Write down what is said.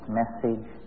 message